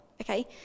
okay